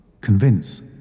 convince